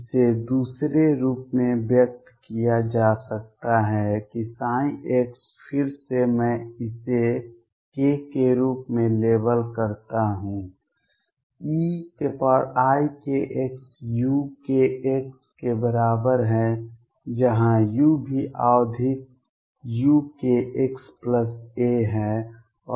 इसे दूसरे रूप में व्यक्त किया जा सकता है कि ψ फिर से मैं इसे k के रूप में लेबल करता हूं eikxuk के बराबर है जहां u भी आवधिक ukxa है